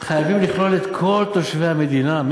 חייבים לכלול את כל תושבי המדינה.